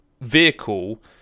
Vehicle